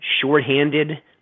shorthanded